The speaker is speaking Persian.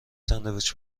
ساندویچ